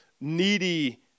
needy